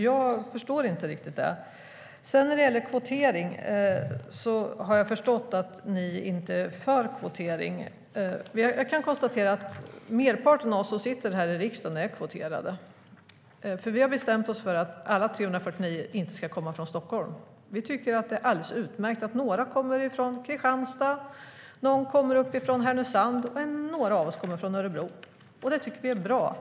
Jag förstår inte riktigt detta. Jag har också förstått att ni inte är för kvotering. Merparten av oss som sitter här i riksdagen är kvoterade. Vi har bestämt oss för att alla 349 inte ska komma från Stockholm. Vi tycker att det är utmärkt att några kommer från Kristianstad, några från Härnösand och några från Örebro. Det tycker vi är bra.